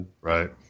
Right